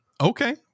okay